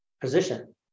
position